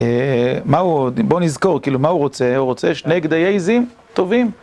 מה עוד... בוא נזכור, כאילו מה הוא רוצה? הוא רוצה שני גדיי עייזים. טובים